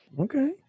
Okay